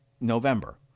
November